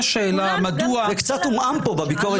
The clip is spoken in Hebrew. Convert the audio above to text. יש שאלה --- זה קצת עומעם פה בביקורת